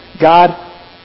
God